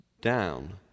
down